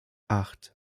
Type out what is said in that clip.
acht